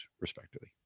respectively